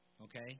Okay